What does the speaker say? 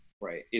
Right